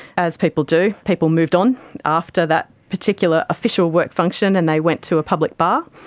as people do, people moved on after that particular official work function and they went to a public bar.